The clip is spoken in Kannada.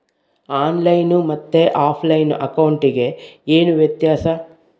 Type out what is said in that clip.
ಆನ್ ಲೈನ್ ಮತ್ತೆ ಆಫ್ಲೈನ್ ಅಕೌಂಟಿಗೆ ಏನು ವ್ಯತ್ಯಾಸ?